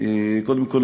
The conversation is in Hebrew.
קודם כול,